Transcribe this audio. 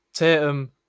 Tatum